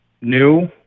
new